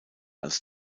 als